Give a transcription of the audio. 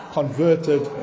converted